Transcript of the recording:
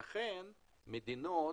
לכן מדינות